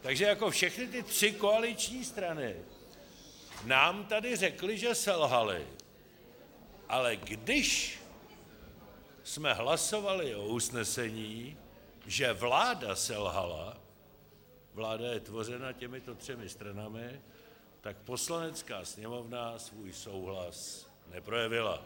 Takže všechny ty tři koaliční strany nám tady řekly, že selhaly, ale když jsme hlasovali o usnesení, že vláda selhala vláda je tvořena těmito třemi stranami , tak Poslanecká sněmovna svůj souhlas neprojevila.